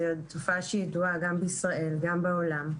זו תופעה שהיא ידועה גם בישראל, גם בעולם.